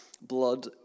blood